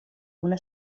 una